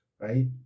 right